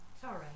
Sorry